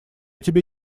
тебе